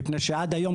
מפני שעד היום,